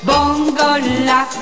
Bongola